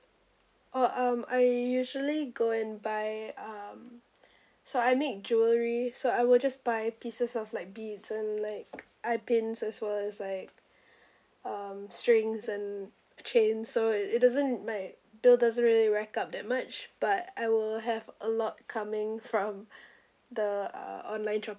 oh um I usually go and buy um so I make jewellery so I will just buy pieces of like beads and like I pin as well as like um strings and chain so it it doesn't like bill doesn't really rack up that much but I will have a lot coming from the uh online shopping